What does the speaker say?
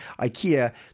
Ikea